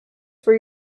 for